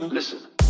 Listen